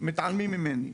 ומתעלמים ממני.